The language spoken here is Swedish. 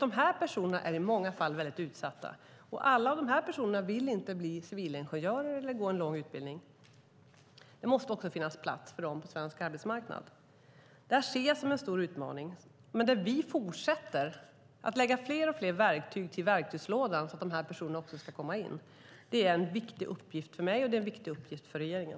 De här personerna är i många fall väldigt utsatta, och alla de här personerna vill inte bli civilingenjörer eller gå en lång utbildning. Det måste också finnas plats för dem på svensk arbetsmarknad. Det här ser jag som en stor utmaning. Men vi fortsätter att lägga fler och fler verktyg i verktygslådan så att de här personerna ska komma in. Det är en viktig uppgift för mig, och det är en viktig uppgift för regeringen.